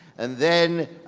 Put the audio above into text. and then,